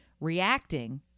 reacting